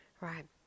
Right